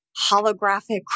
holographic